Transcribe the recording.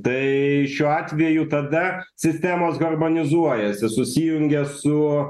tai šiuo atveju tada sistemos harmonizuojasi susijungia su